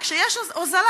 וכשיש הוזלה,